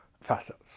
facets